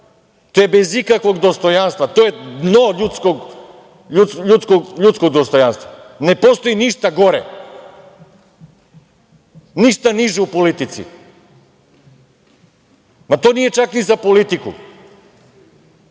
To je bez ikakvog dostojanstva, to je dno ljudskog dostojanstva. Ne postoji ništa gore, ništa niže u politici. To nije čak ni za politiku.